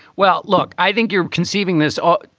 well, look, i think you're conceiving this. oh,